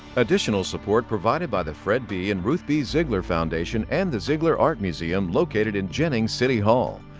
additional support provided by the fred b. and ruth b. ziegler foundation and the ziegler art museum located in jennings city hall.